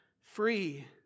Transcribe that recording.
free